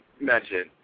mention